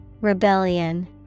Rebellion